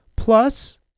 plus